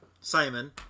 Simon